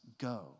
go